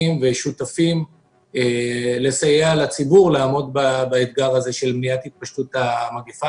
ושותפים לסייע לציבור לעמוד באתגר הזה של מניעת התפשטות המגפה.